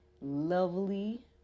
lovely